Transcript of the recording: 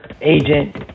agent